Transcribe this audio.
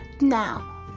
Now